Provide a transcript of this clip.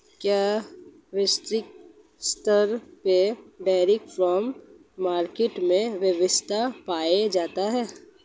क्या वैश्विक स्तर पर डेयरी फार्मिंग मार्केट में विविधता पाई जाती है?